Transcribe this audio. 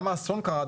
גם האסון קרה,